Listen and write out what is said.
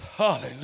Hallelujah